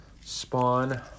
spawn